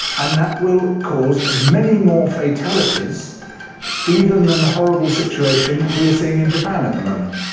and that will cause many more fatalities even than the horrible situation we are seeing in japan at the moment.